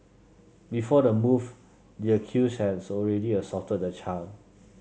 before the move the accused had already assaulted the child